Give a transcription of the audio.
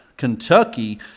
Kentucky